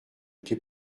t’ai